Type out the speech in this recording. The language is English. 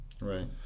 Right